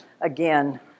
Again